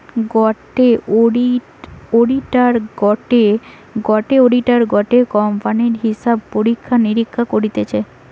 গটে অডিটার গটে কোম্পানির হিসাব পরীক্ষা নিরীক্ষা করতিছে